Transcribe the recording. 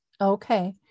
okay